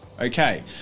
Okay